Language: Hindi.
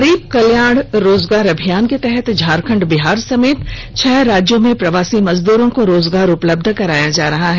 गरीब कल्याण रोजगार अभियान के तहत झारखंड बिहार समेत छह राज्यों में प्रवासी मजदूरों को रोजगार उपलब्ध कराया जा रहा है